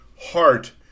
heart